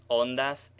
ondas